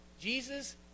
Jesus